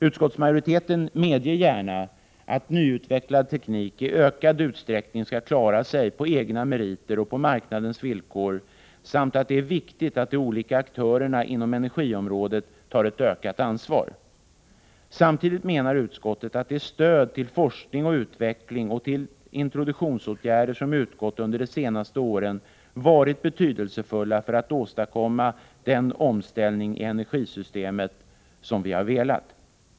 Utskottsmajoriteten medger gärna att nyutvecklad teknik i ökad utsträckning skall klara sig på egna meriter och på marknadens villkor samt att det är viktigt att de olika aktörerna inom energiområdet tar ett ökat ansvar. Samtidigt menar utskottet att det stöd till forskning och utveckling samt till introduktionsåtgärder som utgått under de senaste åren varit betydelsefullt för att åstadkomma den omställning av energisystemet som vi har velat ha.